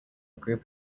group